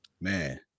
man